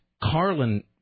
Carlin